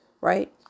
right